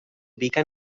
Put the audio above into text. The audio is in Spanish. ubica